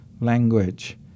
language